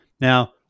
Now